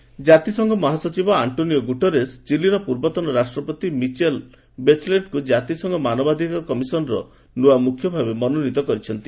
UN chief ଜାତିସଂଘର ମହାସଚିବ Antonio Guterres ଚିଲିର ପୂର୍ବତନ ରାଷ୍ଟ୍ରପତି ମିଚେଲ୍ ବେଚେଲେଟ୍ଙ୍କୁ ଜାତିସଂଘ ମାନବାଧିକାର କମିଶନ୍ର ନ୍ତଆ ମ୍ରଖ୍ୟ ଭାବେ ମନୋନୀତ କରିଛନ୍ତି